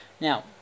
Now